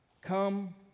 Come